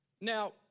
Now